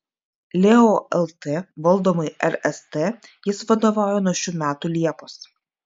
leo lt valdomai rst jis vadovauja nuo šių metų liepos